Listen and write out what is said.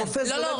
לא,